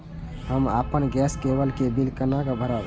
हम अपन गैस केवल के बिल केना भरब?